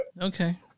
Okay